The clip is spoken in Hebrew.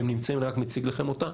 אני רק מציג לכם אותו,